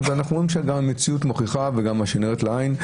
ואנחנו רואים שגם המציאות מוכיחה וגם מה שנראה לעין,